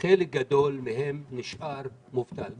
חלק גדול מהם נשאר מובטל.